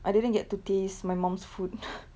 I didn't get to taste my mom's food